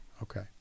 Okay